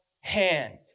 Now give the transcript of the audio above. hand